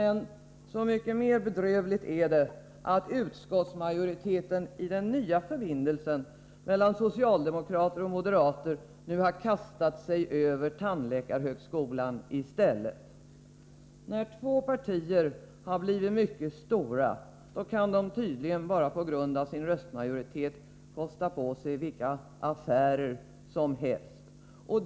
Så mycket mera bedrövligt är det att utskottsmajoriteten i den nya förbindelsen mellan socialdemokrater och moderater nu i stället kastat sig över tandläkarhögskolan. När två partier blivit mycket stora kan de tydligen bara på grund av sin röstmajoritet kosta på sig vilka affärer som helst.